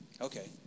Okay